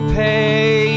pay